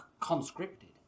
conscripted